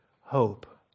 hope